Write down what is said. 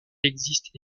existe